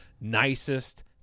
nicest